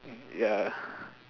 ya